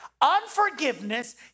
unforgiveness